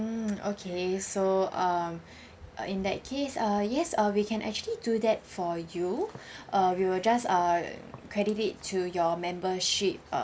mm okay so um uh in that case uh yes uh we can actually do that for you uh we will just uh credit it to your membership